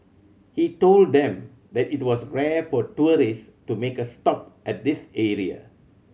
he told them that it was rare for tourist to make a stop at this area